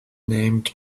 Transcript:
named